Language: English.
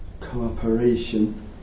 cooperation